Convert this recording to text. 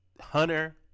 Hunter